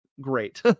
great